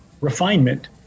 refinement